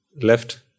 left